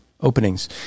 openings